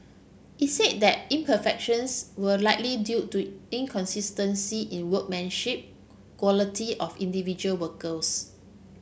it said that imperfections were likely due to inconsistency in workmanship quality of individual workers